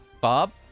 Bob